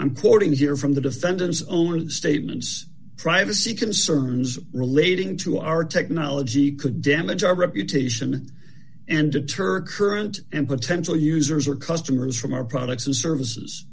i'm quoting here from the defendant's own statements privacy concerns relating to our technology could damage our reputation and deter current and potential users or customers from our products and services